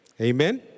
Amen